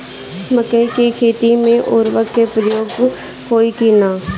मकई के खेती में उर्वरक के प्रयोग होई की ना?